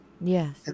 Yes